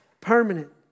permanent